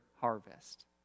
harvest